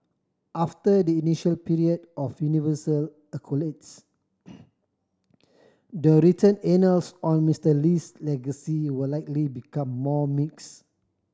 after the initial period of universal accolades the written annals on Mister Lee's legacy will likely become more mix